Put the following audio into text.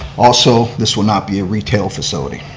also, this will not be a retail facility.